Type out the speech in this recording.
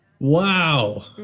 Wow